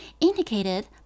indicated